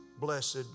blessed